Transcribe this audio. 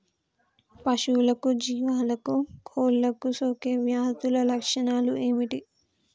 పశువులకు జీవాలకు కోళ్ళకు సోకే వ్యాధుల లక్షణాలు ఏమిటి?